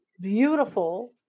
beautiful